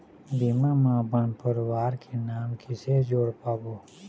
बीमा म अपन परवार के नाम किसे जोड़ पाबो?